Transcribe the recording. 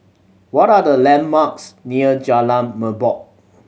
what are the landmarks near Jalan Merbok